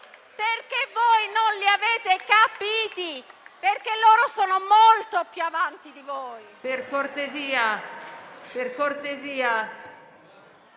perché voi non li avete capiti, perché loro sono molto più avanti di voi.